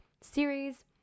series